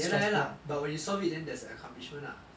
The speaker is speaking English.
ya lah ya lah but when you solve it then there's an accomplishment lah